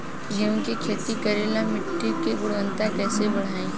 गेहूं के खेती करेला मिट्टी के गुणवत्ता कैसे बढ़ाई?